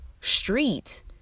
street